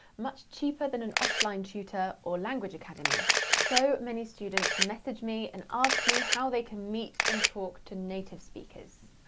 much cheaper than an offline tutor or language academy. so many students message me and ask me how they can meet and talk to native speakers.